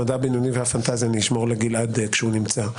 המדע הבדיוני והפנטזיה אני אשמור לגלעד כשהוא נמצא,